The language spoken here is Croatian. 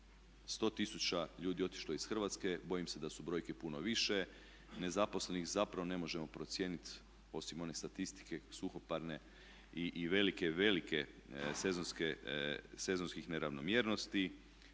100 tisuća ljudi je otišlo iz Hrvatske, bojim se da su brojke i puno više. Nezaposlenih zapravo ne možemo procijeniti, osim one statistike suhoparne i velikih sezonskih neravnomjernosti,